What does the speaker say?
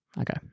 Okay